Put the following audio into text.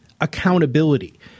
accountability